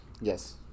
Yes